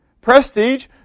prestige